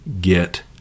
get